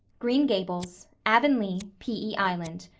green gables, avonlea, p e. island.